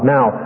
Now